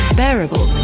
bearable